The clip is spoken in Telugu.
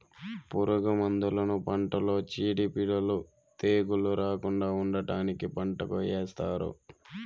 పురుగు మందులను పంటలో చీడపీడలు, తెగుళ్ళు రాకుండా ఉండటానికి పంటకు ఏస్తారు